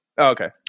Okay